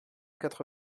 quatre